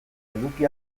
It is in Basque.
eduki